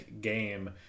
game